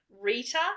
Rita